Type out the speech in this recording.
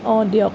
অঁ দিয়ক